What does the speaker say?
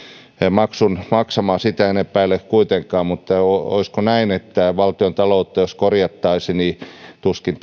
maksun maksamaan sitä en epäile kuitenkaan mutta olisiko näin että jos valtiontaloutta korjattaisiin niin tuskin